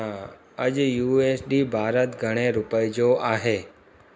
अॼु U S D Bharat घणे रुपए जो आहे